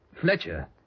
Fletcher